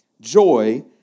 joy